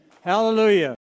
Hallelujah